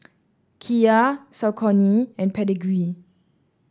Kia Saucony and Pedigree